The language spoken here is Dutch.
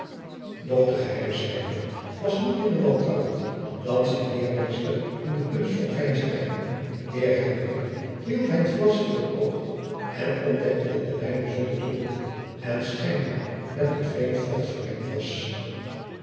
doch de geheimschrijver was niet minder wantrouwend dan zijn leermeester in de kunst van veinzerij eer hij dronk hield hij het glas voor het oog en ontdekte dat de wijn bijzonder troebel en schijnbaar met een vreemd vocht vermengd was